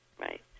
right